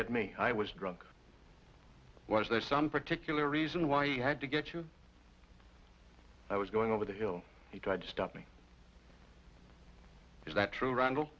get me i was drunk was there some particular reason why he had to get you i was going over the hill he tried to stop me is that true randall